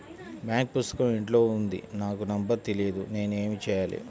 Bank పుస్తకం ఇంట్లో ఉంది నాకు నంబర్ తెలియదు నేను ఏమి చెయ్యాలి?